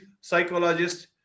psychologist